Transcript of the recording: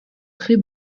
très